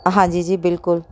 ਹਾਂਜੀ ਜੀ ਬਿਲਕੁਲ